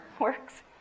works